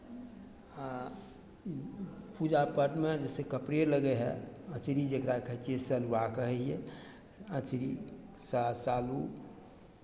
आ पूजा पाठमे जइसे कपड़े लगैत हए अँचरी जकरा कहै छियै सलवाह कहैए अँचरी सा सालू